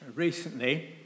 Recently